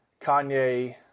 Kanye